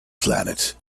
planet